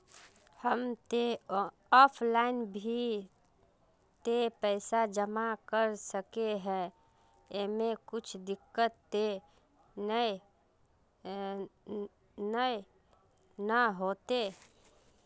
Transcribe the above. हम ते ऑफलाइन भी ते पैसा जमा कर सके है ऐमे कुछ दिक्कत ते नय न होते?